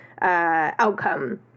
outcome